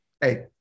Hey